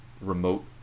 remote